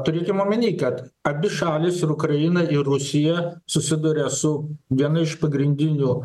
turėkim omeny kad abi šalys ir ukraina ir rusija susiduria su vienu iš pagrindinių